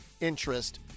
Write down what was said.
interest